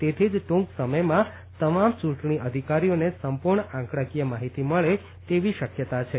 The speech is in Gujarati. તેથી જ ટૂંક સમયમાં તમામ ચૂંટણી અધિકારીઓને સંપૂર્ણ આંકડાકીય માહિતી મળે તેવી શક્યતા છે